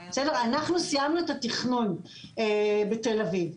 אנחנו סיימנו את התכנון בתל אביב,